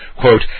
Quote